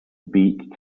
beak